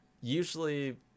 usually